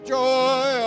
joy